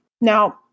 Now